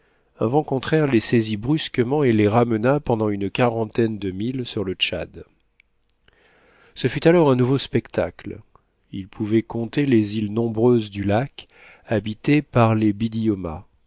un vent contraire les saisit brusquement et les ramena pendant une quarantaine de milles sur le tchad ce fut alors un nouveau spectacle ils pouvaient compter les îles nombreuses du lac habitées par les